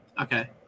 Okay